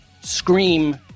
scream